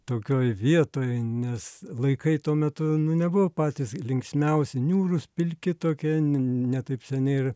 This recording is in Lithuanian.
tokioj vietoj nes laikai tuo metu nu nebuvo patys linksmiausi niūrūs pilki tokie ne taip seniai ir